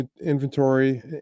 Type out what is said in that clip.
inventory